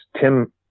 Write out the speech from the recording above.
Tim